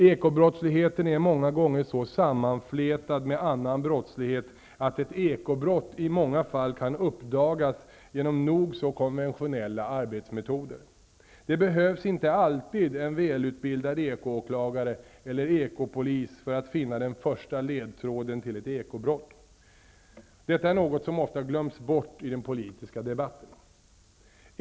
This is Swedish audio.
Ekobrottsligheten är många gånger så sammanflätad med annan brottslighet att ett ekobrott i många fall kan uppdagas genom nog så konventionella arbetsmetoder. Det behövs inte alltid en välutbildad ekoåklagare eller ekopolis för att finna den första ledtråden till ett ekobrott. Detta är något som ofta glöms bort i den politiska debatten.